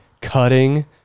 cutting